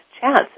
chance